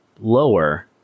lower